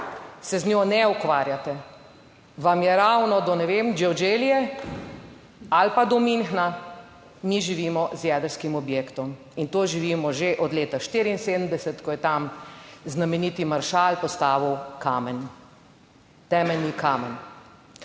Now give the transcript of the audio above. Se z njo ne ukvarjate, vam je ravno do, ne vem, Evgenije, ali pa do Münchna? Mi živimo z jedrskim objektom in to živimo že od leta 1974, ko je tam znameniti maršal postavil kamen. Temeljni kamen.